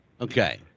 Okay